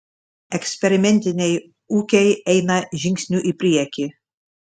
eksperimentiniai ūkiai eina žingsniu į priekį